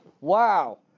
wow